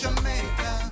Jamaica